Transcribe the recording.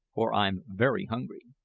for i'm very hungry.